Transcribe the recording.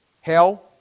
Hell